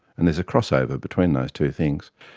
and there's a crossover between those two things,